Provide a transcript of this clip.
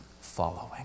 following